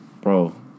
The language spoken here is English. Bro